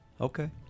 Okay